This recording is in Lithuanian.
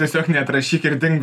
tiesiog neatrašyk ir dink